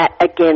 again